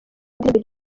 ndirimbo